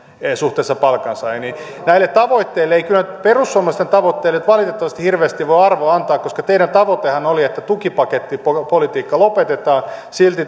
suhteessa palkansaajiin niin näille tavoitteille ei kyllä perussuomalaisten tavoitteille valitettavasti hirveästi voi arvoa antaa koska teidän tavoitteennehan oli että tukipakettipolitiikka lopetetaan silti